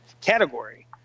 category